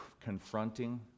confronting